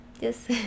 yes